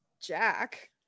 jack